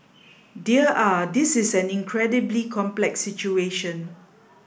dear ah this is an incredibly complex situation